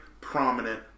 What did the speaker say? prominent